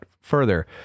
further